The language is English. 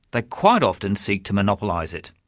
they quite often seek to monopolise it.